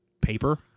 paper